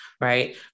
right